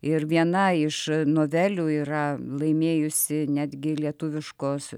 ir viena iš novelių yra laimėjusi netgi lietuviškos